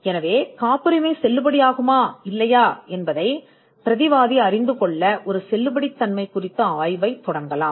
எனவே காப்புரிமை செல்லுபடியாகுமா இல்லையா என்பதை பிரதிவாதி அறிய பிரதிவாதி செல்லுபடியாகும் ஆய்வைத் தொடங்கலாம்